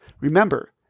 Remember